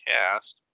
cast